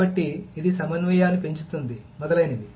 కాబట్టి ఇది సమన్వయాన్ని పెంచుతుంది మొదలైనవి